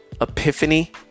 epiphany